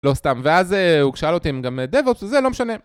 לא סתם, ואז הוא שאל אותי אם גם דבוס, זה לא משנה.